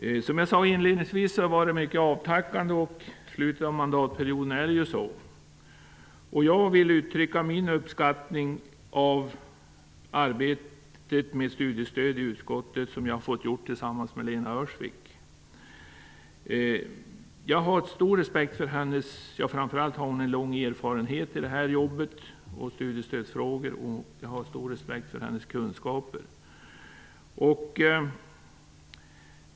Som jag inledningsvis sade har det varit mycket avtackande, vilket det brukar vara i slutet av mandatperioder. Jag vill uttrycka min uppskattning över samarbetet med Lena Öhrsvik i utskottet om studiestödet. Hon har framför allt en lång erfarenhet av arbetet med studiestödet. Jag har stor respekt för hennes kunskaper.